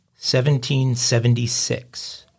1776